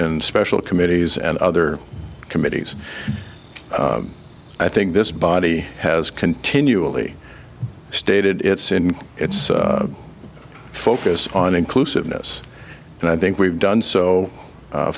in special committees and other committees i think this body has continually stated its in its focus on inclusiveness and i think we've done so